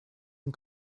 and